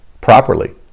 properly